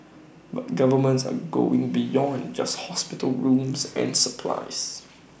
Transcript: but governments are going beyond just hospital rooms and supplies